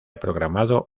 programado